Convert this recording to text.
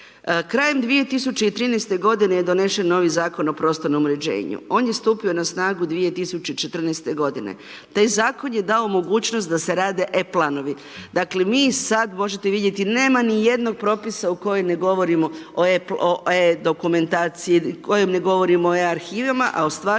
Krajem 2013. godine je donesen novi Zakon o prostornom uređenju. On je stupio na snagu 2014. godine. Taj Zakon je dao mogućnost da se rade e planovi. Dakle, mi sad, možete vidjeti, nema ni jednog propisa u kojem ne govorimo o e dokumentaciji, u kojem ne govorimo o e arhivama, a u stvarnosti